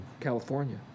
California